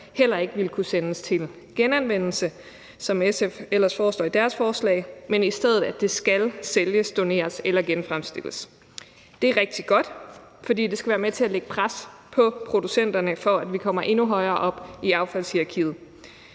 heller ikke vil kunne sendes til genanvendelse, som SF ellers foreslår i deres forslag, men i stedet skal sælges, doneres eller genfremstilles. Det er rigtig godt, fordi det skal være med til at lægge pres på producenterne, for at vi kommer endnu højere op i affaldshierarkiet.